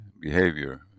behavior